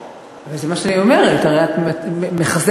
אני לא שומעת.